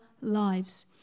lives